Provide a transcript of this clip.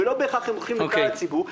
ולא בהכרח הן הולכות לכלל הציבור --- אוקיי.